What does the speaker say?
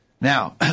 Now